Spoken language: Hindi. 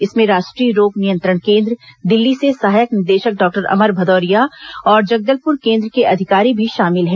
इसमें राष्ट्रीय रोग नियंत्रण केंद्र दिल्ली से सहायक निदेशक डॉक्टर अमर भदौरिया और जगदलपुर केंद्र के अधिकारी भी शामिल हैं